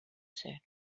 said